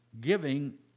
giving